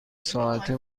ساعته